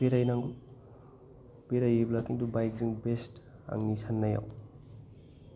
बेरायनांगौ बेरायोब्ला खिन्तु बाइक जों बेस्ट आंनि साननायाव